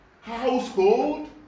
household